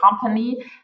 company